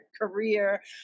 career